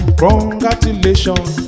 congratulations